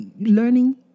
learning